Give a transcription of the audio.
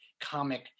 comic